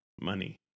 money